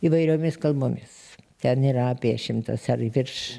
įvairiomis kalbomis ten yra apie šimtas ar virš